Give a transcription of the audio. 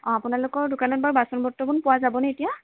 অঁ আপোনালোকৰ দোকানত বাৰু বাচন বৰ্তনবোৰ পোৱা যাবনে এতিয়া